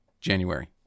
January